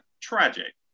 tragic